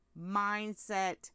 mindset